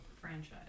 franchise